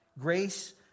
Grace